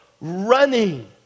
running